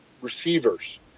receivers